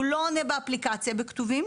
לא עונה באפליקציה בכתב,